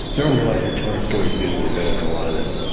they don't realize you're telling stories visually better than a lot of them.